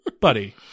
buddy